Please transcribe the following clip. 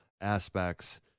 aspects